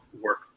work